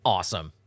Awesome